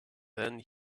then